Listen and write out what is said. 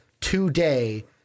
today